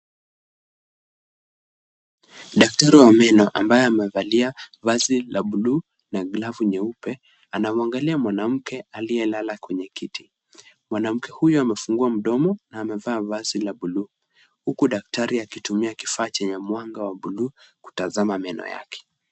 Daktari wa meno ambaye amevalia vazi la bluu na glavu nyeupe, anamwangalia mwanamke aliyelala kwenye kiti. Mwanamke huyu amefungua mdomo na amevaa vazi la bluu huku daktari akitumia kifaa chenye mwanga wa bluu kutazama meno yake.